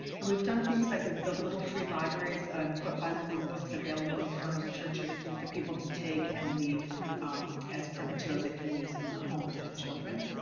and we've done things like we've built little free libraries and put bilingual books available in front of churches for people to take and leave as print materials they can use in the home of the children.